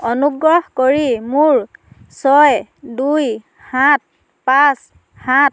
অনুগ্ৰহ কৰি মোৰ ছয় দুই সাত পাঁচ সাত